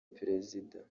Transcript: perezida